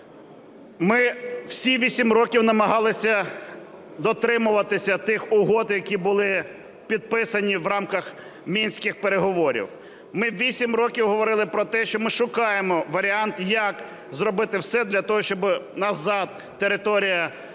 Ми всі 8 років намагалися дотримуватися тих угод, які були підписані в рамках Мінських переговорів. Ми 8 років говорили про те, що ми шукаємо варіант, як зробити все для того, щоб назад територія так